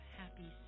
happy